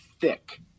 thick